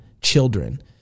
children